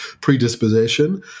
predisposition